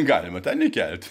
galima ten įkelt